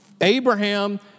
Abraham